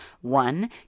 One